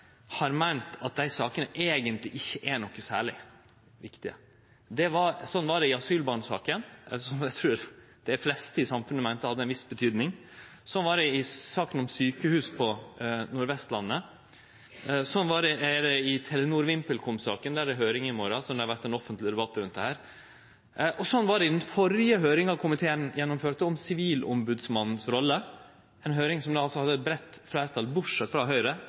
har meint at dei sakene eigentleg ikkje er særleg viktige. Slik var det i asylbarnsaka, som eg trur dei fleste i samfunnet meinte hadde ei viss betyding, slik var det i saka om sjukehus på Nordvestlandet, slik er det i Telenor/VimpelCom-saka, der det er høyring i morgon, og som det har vore ein offentleg debatt rundt, og slik var det i den førre høyringa komiteen gjennomførte, om Sivilombodsmannens rolle, ei høyring som altså hadde eit breitt fleirtal – bortsett frå Høgre